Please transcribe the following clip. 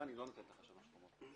אני לא נותנת לך שלוש קומות,